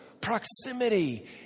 Proximity